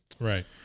Right